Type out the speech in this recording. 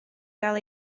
gael